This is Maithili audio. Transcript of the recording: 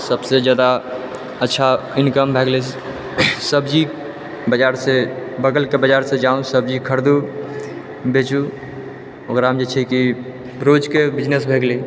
सभसे ज्यादा अच्छा इनकम भए गेलै सब्जी बजारसे बगलके बजारसँ जाउ सब्जी खरिदु बेचू ओकरा मे जे छै कि रोज के बिजनेस भए गेलै